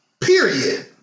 Period